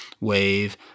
wave